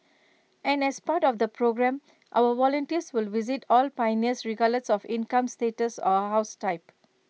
and as part of the programme our volunteers will visit all pioneers regardless of income status or house type